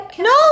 No